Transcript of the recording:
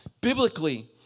Biblically